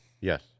Yes